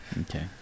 Okay